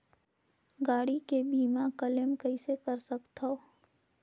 गाड़ी के बीमा क्लेम कइसे कर सकथव?